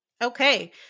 Okay